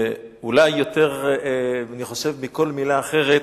ואולי יותר, אני חושב, מכל מלה אחרת,